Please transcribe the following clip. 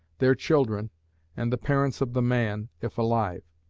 their children and the parents of the man, if alive.